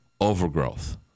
overgrowth